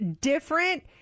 different